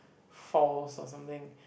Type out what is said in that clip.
falls or something